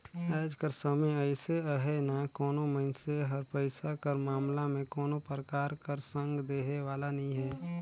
आएज कर समे अइसे अहे ना कोनो मइनसे हर पइसा कर मामला में कोनो परकार कर संग देहे वाला नी हे